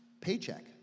paycheck